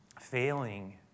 failing